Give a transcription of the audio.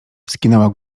skinęła